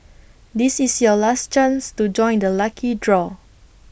this is your last chance to join the lucky draw